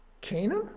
Canaan